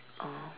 oh